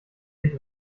sich